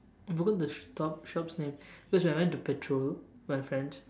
forgot the stop shop's name because I went to patrol my friends